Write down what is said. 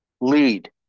lead